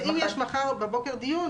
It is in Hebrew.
אם יש מחר בבוקר דיון,